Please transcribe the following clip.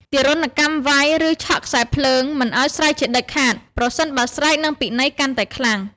ទារុណកម្មវៃ ឬឆក់ខ្សែរភ្លើងមិនឱ្យស្រែកជាដាច់ខាត ប្រសិនបើស្រែកនិងពិន័យកាន់តែខ្លាំង។